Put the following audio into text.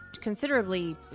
considerably